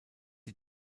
die